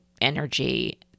energy